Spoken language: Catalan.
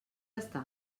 està